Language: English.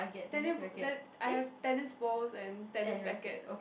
tenni~ ba~ I have tennis balls and tennis rackets